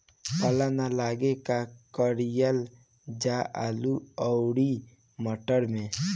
पाला न लागे का कयिल जा आलू औरी मटर मैं?